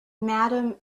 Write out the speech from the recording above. madam